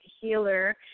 healer